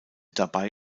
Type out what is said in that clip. dabei